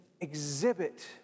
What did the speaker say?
exhibit